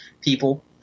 people